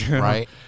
Right